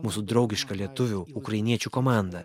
mūsų draugiška lietuvių ukrainiečių komanda